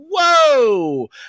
whoa